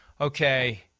okay